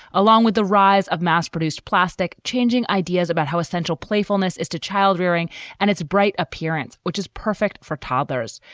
along with the rise of mass produced plastic. changing ideas about how a central playfulness is to child rearing and its brate appearance, which is perfect for toddlers.